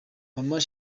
mama